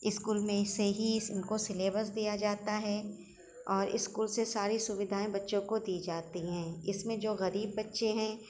school میں سے ہی ان کو سلیبس دیا جاتا ہے اور اسکول سے ساری سویدھائیں بچوں کو دی جاتی ہیں اس میں جو غریب بچے ہیں